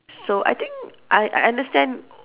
so I think I I understand